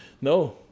No